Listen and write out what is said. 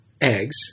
Eggs